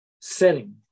setting